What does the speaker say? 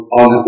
on